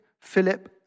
Philip